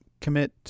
commit